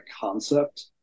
concept